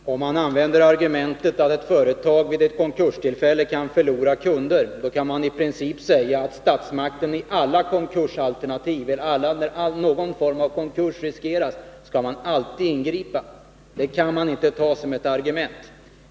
Herr talman! Om man använder argumentet att ett företag vid ett konkurstillfälle kan förlora kunder, kan man i princip säga att statsmakten närhelst risk för konkurs föreligger alltid skall ingripa. Man kan emellertid inte anföra detta som argument.